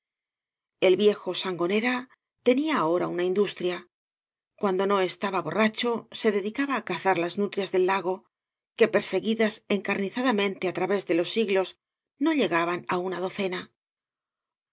el viejo sangonera tenia ahora una iiiduetría cuando no estaba borracho bc dedicaba á cazar las nutrias del lago que pergegoida encarnizadamente á través de los sigíos no llegaban á una docena